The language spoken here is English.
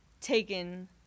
taken –